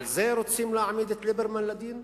על זה רוצים להעמיד את ליברמן לדין?